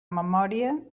memòria